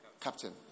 Captain